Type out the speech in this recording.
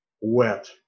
wet